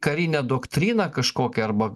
karinę doktriną kažkokią arba